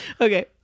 Okay